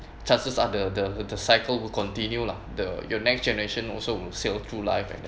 chances are the the cycle will continue lah the your next generation also will sail through life and then